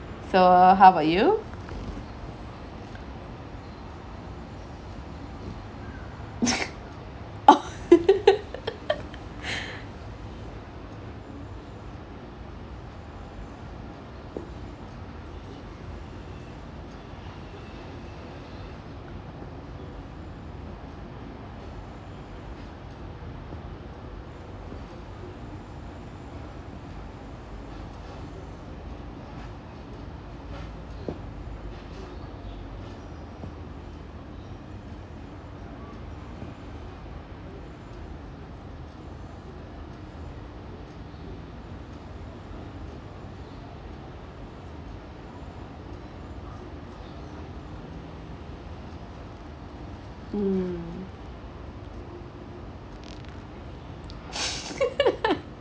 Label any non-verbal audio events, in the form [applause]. so how about you [laughs] mm [laughs]